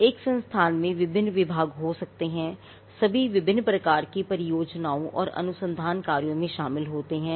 एक संस्थान में विभिन्न विभाग हो सकते हैं सभी विभिन्न प्रकार की परियोजनाओं और अनुसंधान कार्यों में शामिल होते हैं